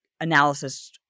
analysis